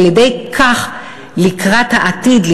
ועל-ידי כך לקראת העתיד,